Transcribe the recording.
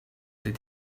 they